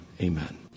Amen